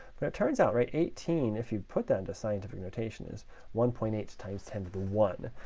but it turns out, right, eighteen, if you put that into scientific notation is one point eight times ten to one.